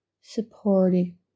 supporting